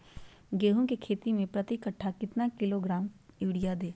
गेंहू की खेती में प्रति कट्ठा कितना किलोग्राम युरिया दे?